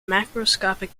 macroscopic